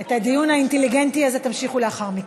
את הדיון האינטליגנטי הזה תמשיכו לאחר מכן.